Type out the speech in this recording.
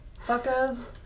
fuckers